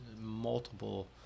multiple